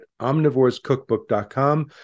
omnivorescookbook.com